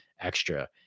extra